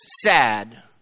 sad